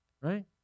Right